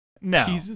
no